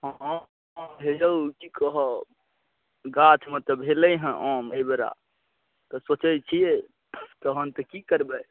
हँ हँ हे औ कि कहब गाछमे तऽ भेलै हँ आम एहिबेरा तऽ सोचै छिए तहन तऽ की करबै